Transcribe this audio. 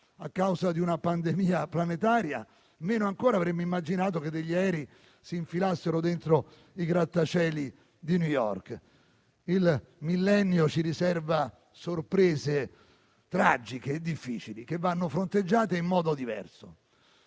a causa di una pandemia planetaria, meno ancora avremmo immaginato che degli aerei si infilassero dentro i grattacieli di New York. Il millennio ci riserva sorprese tragiche e difficili, che vanno fronteggiate in modo diverso.